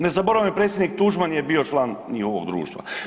Ne zaboravimo i predsjednik Tuđman je bio član njihovog društva.